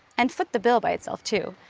and foot the bill by itself too.